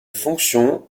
fonction